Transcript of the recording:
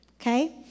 Okay